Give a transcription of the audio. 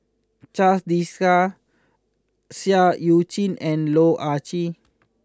Charles Dyce Seah Eu Chin and Loh Ah Chee